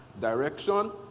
direction